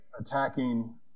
attacking